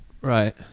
Right